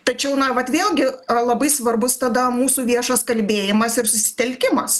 tačiau na vat vėlgi labai svarbus tada mūsų viešas kalbėjimas ir susitelkimas